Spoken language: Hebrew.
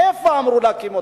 איפה אמרו להקים אותו?